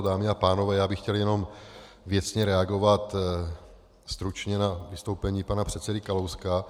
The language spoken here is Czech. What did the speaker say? Dámy a pánové, já bych chtěl jenom věcně reagovat stručně na vystoupení pana předsedy Kalouska.